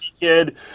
kid